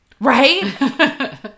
Right